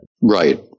Right